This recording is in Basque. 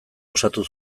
osatu